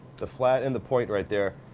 the flat and the point right there,